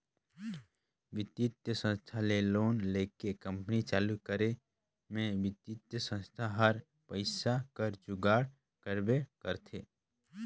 बित्तीय संस्था ले लोन लेके कंपनी चालू करे में बित्तीय संस्था हर पइसा कर जुगाड़ करबे करथे